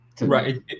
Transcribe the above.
Right